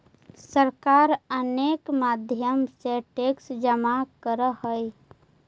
सरकार अनेक माध्यम से टैक्स जमा करऽ हई